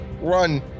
run